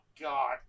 God